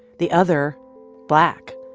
the other black,